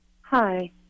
Hi